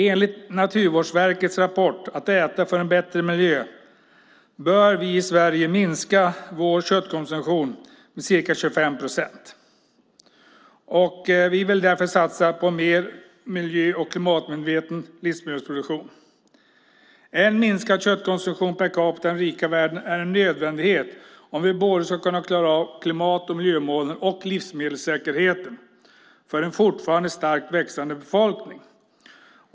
Enligt Naturvårdsverkets rapport Att äta för en bättre miljö bör vi i Sverige minska vår köttkonsumtion med ca 25 procent. Vi vill därför satsa på en mer miljö och klimatmedveten livsmedelsproduktion. En minskad köttkonsumtion per capita i den rika världen är en nödvändighet om vi både ska kunna klara klimat och miljömålen och livsmedelssäkerheten för en fortfarande starkt växande befolkning.